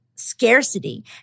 scarcity